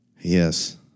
Yes